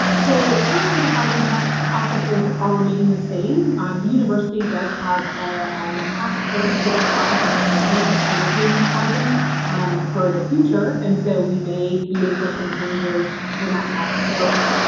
so currently the housing processes are remaining the same. um the university does have a um ah task force through the office of the president that's looking at housing um for the future, and so we may be in for some changes when that task force